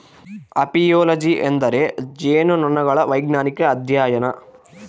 apiology ಎಂದರೆ ಜೇನುನೊಣಗಳ ವೈಜ್ಞಾನಿಕ ಅಧ್ಯಯನ